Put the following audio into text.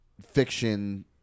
fiction